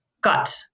got